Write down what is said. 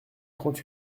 trente